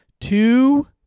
two